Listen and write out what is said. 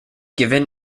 given